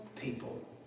people